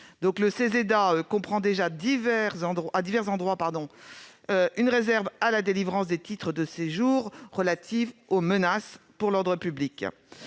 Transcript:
Le Ceseda comprend déjà à divers endroits une réserve à la délivrance des titres de séjour, relative aux menaces pour l'ordre public.